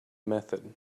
method